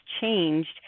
changed